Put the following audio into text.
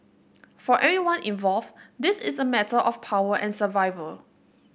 for everyone involved this is a matter of power and survival